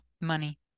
money